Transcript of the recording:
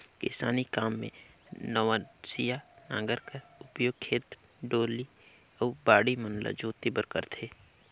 किसानी काम मे नवनसिया नांगर कर उपियोग खेत, डोली अउ बाड़ी मन ल जोते बर करथे